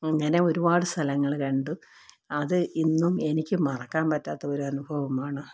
അങ്ങനെ ഒരുപാട് സ്ഥലങ്ങൾ കണ്ടു അത് ഇന്നും എനിക്ക് മറക്കാൻ പറ്റാത്ത ഒരനുഭവമാണ്